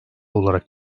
olarak